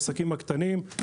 העסקים הקטנים,